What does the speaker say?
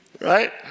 Right